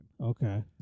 Okay